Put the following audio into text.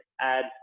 add